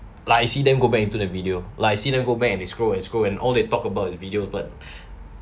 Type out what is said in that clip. like I see them go back into the video like I see them go back and they scroll and scroll and all they talk about is video but